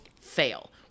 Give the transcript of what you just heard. fail